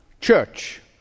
church